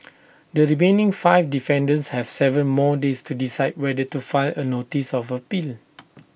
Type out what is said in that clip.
the remaining five defendants have Seven more days to decide whether to file A notice of appeal